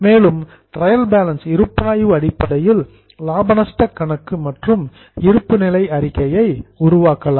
மேலும் இந்த trial balance இருப்பாய்வு அடிப்படையில் லாப நஷ்ட கணக்கு மற்றும் இருப்புநிலை அறிக்கை உருவாக்கலாம்